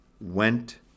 went